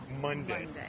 Monday